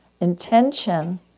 intention